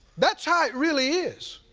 that's how it really is.